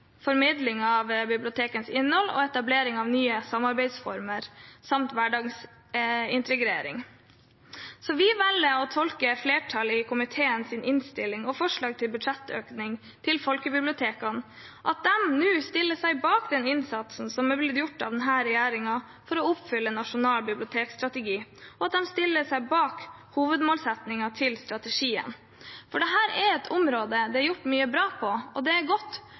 formidling av bibliotekenes innhold, etablering av nye samarbeidsformer samt hverdagsintegrering. Vi velger å tolke flertallet i komitéens innstilling og forslag til budsjettøkninger til folkebibliotekene som at de stiller seg bak den innsatsen som er blitt gjort av denne regjeringen for å oppfylle Nasjonal bibliotekstrategi, og at de stiller seg bak hovedmålsettingen i strategien. Dette er et område det er gjort mye bra på, og det er godt,